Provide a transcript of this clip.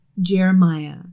Jeremiah